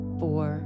four